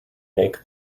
make